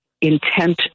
intent